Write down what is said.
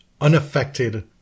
unaffected